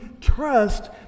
trust